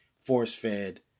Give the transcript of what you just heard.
force-fed